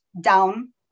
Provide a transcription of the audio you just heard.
down